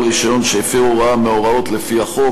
רישיון שהפר הוראה מהוראות לפי החוק.